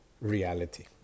Reality